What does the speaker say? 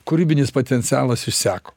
kūrybinis potencialas išseko